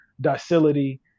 docility